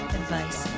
advice